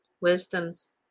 Wisdom's